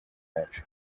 yacu